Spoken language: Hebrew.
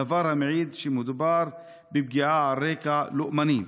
דבר המעיד על כך שמדובר בפגיעה על רקע לאומני.